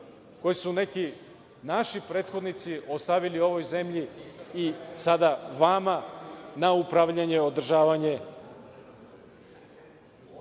koje su neki naši prethodnici ostavili ovoj zemlji i sada vama na upravljanje, održavanje.